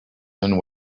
and